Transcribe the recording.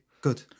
good